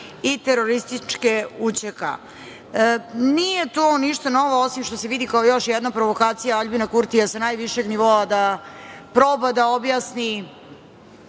i terorističke UČK. Nije to ništa novo, osim što se vidi kao još jedna provokacija Aljbina Kurtija sa najvišeg nivoa da proba da objasni